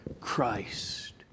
Christ